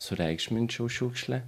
sureikšminčiau šiukšlę